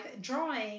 drawing